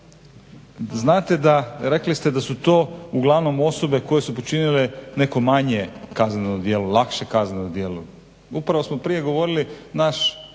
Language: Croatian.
Znate da rekli ste da su to uglavnom osobe koje su počinile neko manje kazneno djelo, lakše kazneno djelo. Upravo smo prije govorili naš